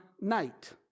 night